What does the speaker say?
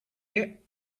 yet